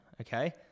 okay